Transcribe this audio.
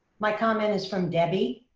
my comment is from debbie.